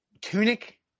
Tunic